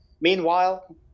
Meanwhile